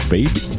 Baby